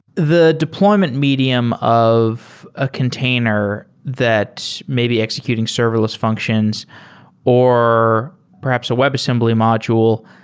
the deployment medium of a container that may be executing serverless functions or perhaps a web assembly module,